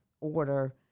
order